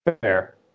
Fair